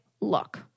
look